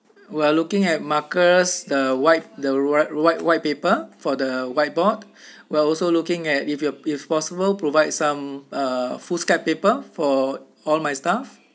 we're looking at markers the white the white white white paper for the whiteboard we're also looking at if you're if possible provide some uh foolscap paper for all my staff